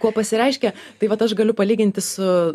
kuo pasireiškia tai vat aš galiu palyginti su